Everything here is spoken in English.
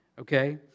Okay